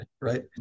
right